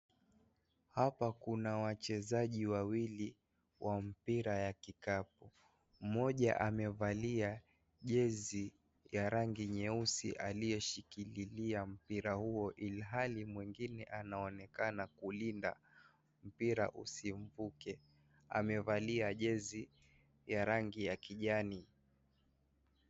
Hapa kuna wachezaji wawili wa mpira ya kikapu mmoja amevalia jezi ya rangi nyeusi aliye kishikilia mpira huo ilhali mwengine anaonekana kulinda mpira usimvuke amevalia jezi ya rangi ya kijani.